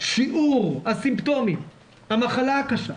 שיעור הסימפטומים, המחלה הקשה,